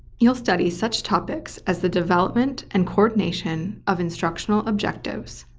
you'll study such topics as the development and coordination of instructional objectives,